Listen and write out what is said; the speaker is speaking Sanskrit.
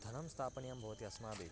धनं स्थापनीयं भवति अस्माभिः